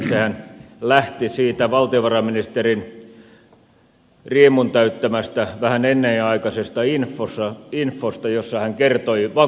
sehän lähti siitä valtiovarainministerin riemun täyttämästä vähän ennenaikaisesta infosta jossa hän kertoi vakuuksista